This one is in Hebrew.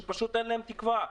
שפשוט אין להם תקווה.